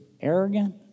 arrogant